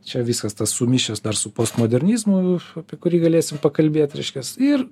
čia viskas tas sumišęs dar su postmodernizmu apie kurį galėsim pakalbėt reiškias ir